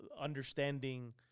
understanding